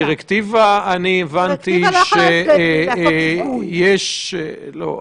הדירקטיבה, אני הבנתי שיש --- לא.